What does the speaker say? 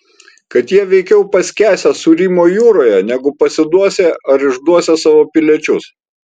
kad jie veikiau paskęsią sūrymo jūroje negu pasiduosią ar išduosią savo piliečius